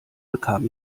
bekam